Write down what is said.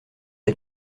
les